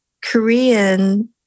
Korean